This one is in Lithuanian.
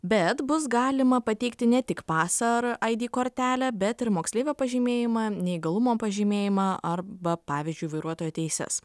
bet bus galima pateikti ne tik pasą ar ai dį kortelę bet ir moksleivio pažymėjimą neįgalumo pažymėjimą arba pavyzdžiui vairuotojo teises